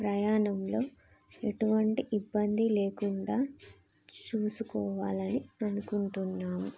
ప్రయాణంలో ఎటువంటి ఇబ్బంది లేకుండా చూసుకోవాలని అనుకుంటున్నాము